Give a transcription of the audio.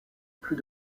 plus